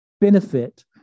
benefit